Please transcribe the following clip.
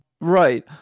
Right